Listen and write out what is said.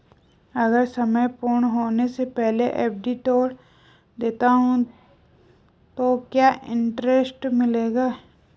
अगर समय पूर्ण होने से पहले एफ.डी तोड़ देता हूँ तो क्या इंट्रेस्ट मिलेगा?